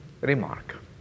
remark